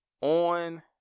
on